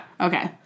okay